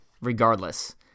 regardless